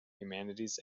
humanities